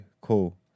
cool